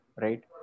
right